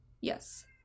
yes